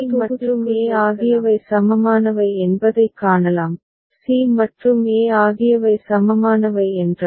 பின்னர் இங்கே c மற்றும் e ஆகியவை சமமானவை என்பதைக் காணலாம் c மற்றும் e ஆகியவை சமமானவை என்றால்